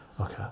okay